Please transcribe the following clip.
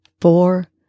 four